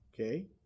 Okay